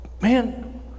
man